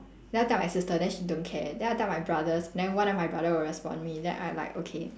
then I tell my sister then she don't care then I tell my brothers then one of my brother will respond me then I like okay